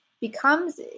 becomes